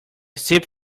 steep